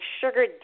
sugar